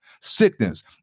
Sickness